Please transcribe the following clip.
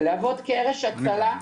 ולהוות קרש הצלה,